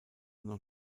noch